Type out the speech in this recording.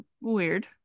weird